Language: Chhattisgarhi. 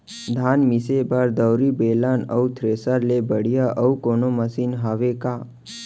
धान मिसे बर दउरी, बेलन अऊ थ्रेसर ले बढ़िया अऊ कोनो मशीन हावे का?